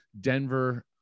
Denver